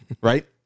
right